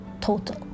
total